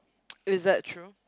is that true